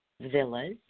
Villas